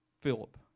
Philip